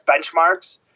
benchmarks